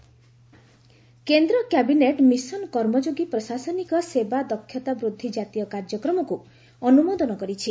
cabinet Karmayogi କେନ୍ଦ୍ର cabinet mission Karmayogi ପ୍ରଶାସନିକ ସେବା ଦକ୍ଷତା ବୃଦ୍ଧି କାତୀୟ କାର୍ଯ୍ୟକ୍ରମକୁ ଅନୁମୋଦନ କରିଛି